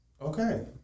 Okay